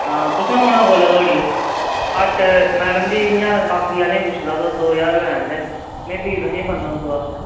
आं तुसें औना कोल्ले धोड़ी ऐ घट्ट मैडम जी इयां बाकी आह्लें गी पुच्छी लैओ तुस दो ज्हार रपेया लैंदे न में फी तुसेंगी पंदरां सौ आखेआ